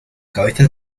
cabeza